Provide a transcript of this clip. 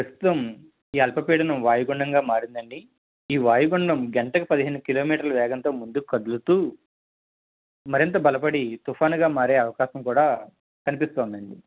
ప్రస్తుతం ఈ అల్పపీడనం వాయుగుండంగా మారిందండి ఈ వాయుగుండం గంటకు పదిహేను వేల కిలోమీటర్ల వేగంతో ముందుకు కదులుతూ మరింత బలపడి తుపాన్గా మారే అవకాశం కూడా కనిపిస్తోందండి